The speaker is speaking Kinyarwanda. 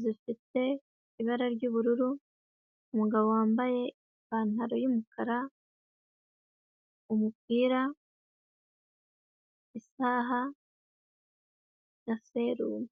zifite ibara ry'ubururu, umugabo wambaye ipantaro y'umukara umupira, isaha, na serumu.